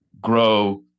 grow